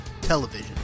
television